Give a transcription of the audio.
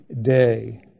day